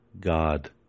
God